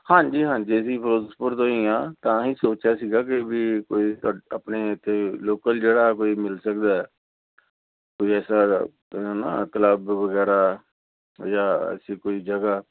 ਹਾਂਜੀ ਹਾਂਜੀ ਜੀ ਫਿਰੋਜ਼ਪੁਰ ਤੋਂ ਹੀ ਹਾਂ ਤਾਂ ਹੀ ਸੋਚਿਆ ਸੀਗਾ ਕਿ ਵੀ ਕੋਈ ਆਪਣੇ ਇੱਥੇ ਲੋਕਲ ਜਿਹੜਾ ਕੋਈ ਮਿਲ ਸਕਦਾ ਕੋਈ ਐਸਾ ਹੈ ਨਾ ਕਲੱਬ ਵਗੈਰਾ ਜਾਂ ਐਸੀ ਕੋਈ ਜਗ੍ਹਾ